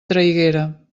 traiguera